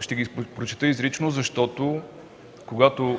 Ще ги прочета изрично, защото когато